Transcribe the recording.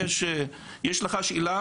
יש לך שאלה